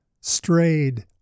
strayed